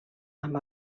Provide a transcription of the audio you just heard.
amb